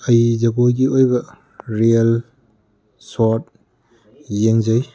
ꯑꯩ ꯖꯒꯣꯏꯒꯤ ꯑꯣꯏꯕ ꯔꯤꯌꯦꯜ ꯁꯣꯔꯠ ꯌꯦꯡꯖꯩ